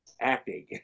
acting